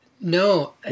No